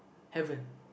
heaven